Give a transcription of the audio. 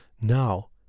Now